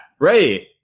right